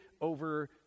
over